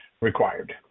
required